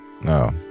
No